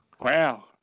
Wow